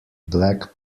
black